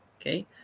okay